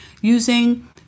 using